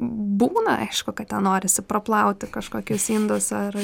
būna aišku kad ten norisi praplauti kažkokius indus ar